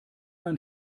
mein